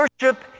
worship